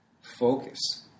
focus